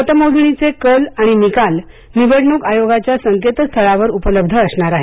मतमोजणीचे कल आणि निकाल निवडणूक आयोगाच्या संकेतस्थळावर उपलब्ध असणार आहेत